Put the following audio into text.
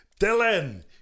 Dylan